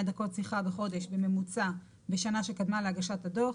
דקות שיחה בחודש בממוצע בשנה שקדמה להגשת הדו"ח.